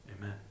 amen